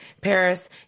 Paris